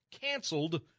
canceled